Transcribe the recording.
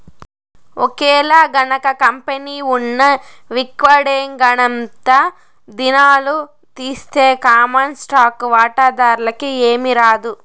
ఒకేలగనక కంపెనీ ఉన్న విక్వడేంగనంతా దినాలు తీస్తె కామన్ స్టాకు వాటాదార్లకి ఏమీరాదు